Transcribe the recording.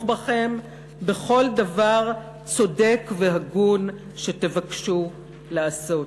בכם בכל דבר צודק והגון שתבקשו לעשות.